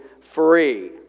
free